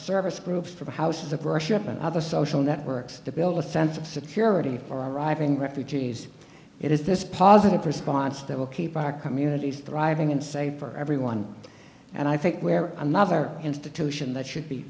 service groups for houses of worship and other social networks to build a sense of security for arriving refugees it is this positive response that will keep our communities thriving and safe for everyone and i think where another institution that should be